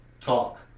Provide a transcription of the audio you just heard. talk